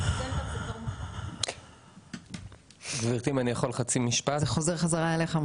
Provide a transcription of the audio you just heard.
מזה, זה חוזר בחזרה אליך.